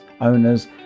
owners